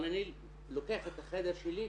אבל אני לוקח את החדר שלי,